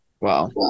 Wow